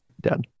Done